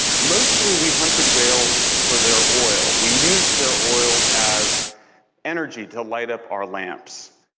mostly we hunted whales for their oil. we used their oil as energy to light up our lamps.